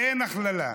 אין הכללה.